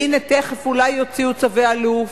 והנה תיכף אולי יוציאו צווי אלוף,